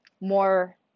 more